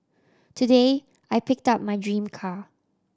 today I picked up my dream car